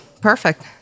perfect